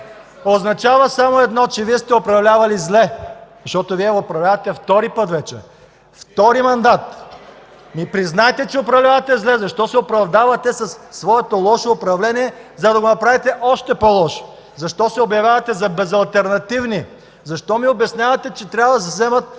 означава само едно – че Вие сте управлявали зле. Защото Вие управлявате вече втори път, втори мандат. (Реплики и възгласи от ГЕРБ.) Признайте, че управлявате зле. Защо се оправдавате със своето лошо управление, за да го направите още по-лошо? Защо се обявявате за безалтернативни? Защо ми обяснявате, че трябва да се вземат